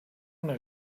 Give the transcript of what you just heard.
una